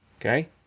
Okay